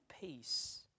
peace